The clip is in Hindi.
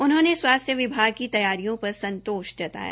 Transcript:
उन्होंने स्वास्थ्य विभाग की तैयारियों र संतोष जताया